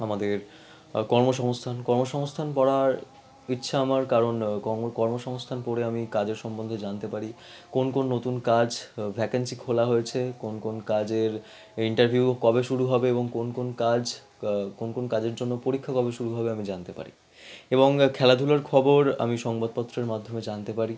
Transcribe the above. আমাদের কর্মসংস্থান কর্মসংস্থান পড়ার ইচ্ছা আমার কারণ কম্ম কর্মসংস্থান পড়ে আমি কাজের সম্বন্ধে জানতে পারি কোন কোন নতুন কাজ ভ্যাকেন্সি খোলা হয়েছে কোন কোন কাজের ইন্টারভিউ কবে শুরু হবে এবং কোন কোন কাজ কোন কোন কাজের জন্য পরীক্ষা কবে শুরু হবে আমি জানতে পারি এবং খেলাধূলার খবর আমি সংবাদপত্রের মাধ্যমে জানতে পারি